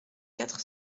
quatre